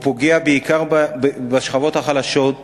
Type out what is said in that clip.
והוא פוגע בעיקר בשכבות החלשות.